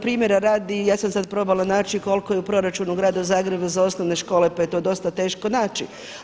Primjera radi, ja sam sad probala naći koliko je u proračunu grada Zagreba za osnovne škole, pa je to dosta teško naći.